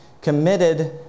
committed